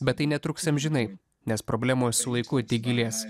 bet tai netruks amžinai nes problemos su laiku tik gilės